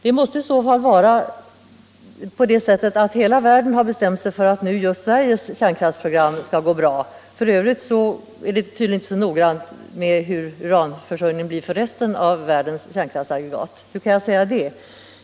I så fall måste hela världen ha bestämt sig för att just Sveriges kärnkraftsprogram skall genomföras och att det inte är så noga med hurdan uranförsörjningen blir för resten av världens kärnkraftsaggregat. Hur kan jag säga det?